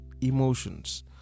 emotions